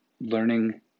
learning